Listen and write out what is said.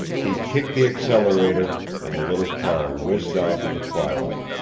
he kicked the accelerator, and the little car whizzed off in the twilight.